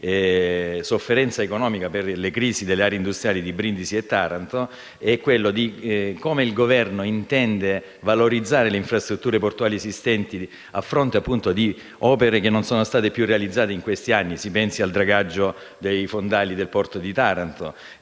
di sofferenza economica per le crisi delle aree industriali di Brindisi e Taranto. Il Governo come intende valorizzare le infrastrutture portuali esistenti, a fronte di opere che non sono state più realizzate in questi anni? Si pensi al dragaggio dei fondali del porto di Taranto,